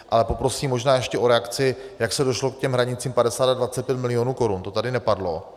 Ale poprosím možná ještě o reakci, jak se došlo k těm hranicím 50 a 25 milionů korun, to tady nepadlo.